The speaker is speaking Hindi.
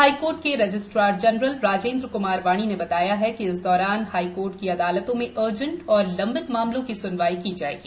हाईकोर्ट के रजिस्ट्रार जनरल राजेन्द्र कुमार वाणी ने बताया कि इस दौरान हाईकोर्ट की अदालतों में अर्जेट तथा लंबित मामलों की सुनवाई की जाएगी